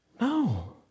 No